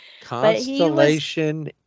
Constellation